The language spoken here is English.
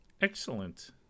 Excellent